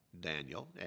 Daniel